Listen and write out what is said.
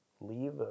leave